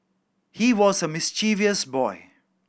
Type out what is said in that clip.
he was a mischievous boy